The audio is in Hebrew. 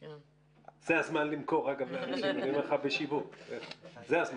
אגב, זה הזמן